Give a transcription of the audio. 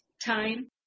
time